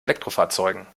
elektrofahrzeugen